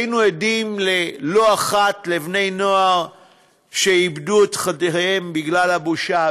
היינו עדים לא אחת לבני-נוער שאיבדו את חייהם בגלל הבושה,